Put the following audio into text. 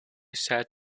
sad